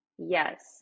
yes